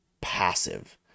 passive